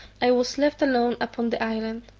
i was left alone upon the island.